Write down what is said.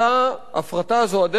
הפרטה זו הדרך לפרק,